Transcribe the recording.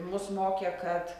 mus mokė kad